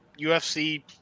UFC